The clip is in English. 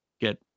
get